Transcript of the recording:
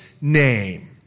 name